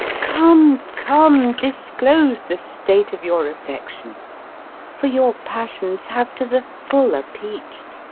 come, come, disclose the state of your affection for your passions have to the full appeach'd.